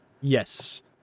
Yes